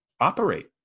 operate